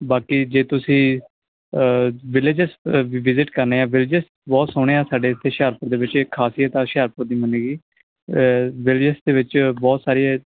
ਬਾਕੀ ਜੇ ਤੁਸੀਂ ਵਿਲੇਜਸ ਅ ਵਿ ਵਿਜ਼ਿਟ ਕਰਨੇ ਆ ਵਿਲੇਜਸ ਬਹੁਤ ਸੋਹਣੇ ਆ ਸਾਡੇ ਇੱਥੇ ਹੁਸ਼ਿਆਰਪੁਰ ਦੇ ਵਿੱਚ ਇਹ ਖ਼ਾਸੀਅਤ ਆ ਹੁਸ਼ਿਆਰਪੁਰ ਦੀ ਮੰਨੀ ਹੋਈ ਵਿਲੇਜਸ ਦੇ ਵਿੱਚ ਬਹੁਤ ਸਾਰੀਆਂ